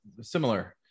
similar